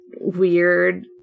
weird